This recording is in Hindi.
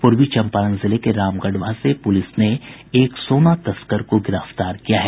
पूर्वी चम्पारण जिले के रामगढ़वा से पूलिस ने एक सोना तस्कर को गिरफ्तार किया है